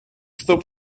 stop